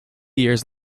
years